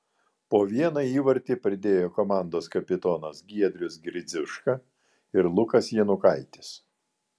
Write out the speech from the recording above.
po vieną įvartį pridėjo komandos kapitonas giedrius gridziuška ir lukas janukaitis